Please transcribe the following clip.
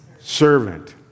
servant